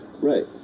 Right